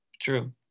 True